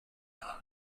mellow